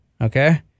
okay